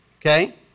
okay